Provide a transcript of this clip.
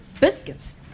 biscuits